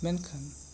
ᱢᱮᱱᱠᱷᱟᱱ